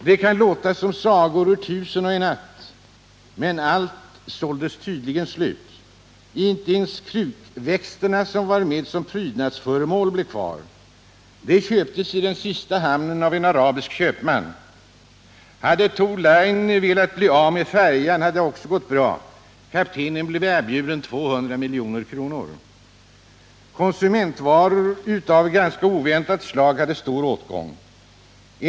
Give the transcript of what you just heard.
Det kan låta som sagor ur Tusen och en natt, men allt såldes tydligen slut, inte ens krukväxterna som var med som prydnadsföremål blev kvar. De köptes i den sista hamnen av en arabisk köpman. Hade Tor Line velat bli av med färjan, hade det också gått bra. Kaptenen blev erbjuden 200 milj.kr. Konsumentvaror av ganska oväntat slag hade stor åtgång.